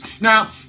Now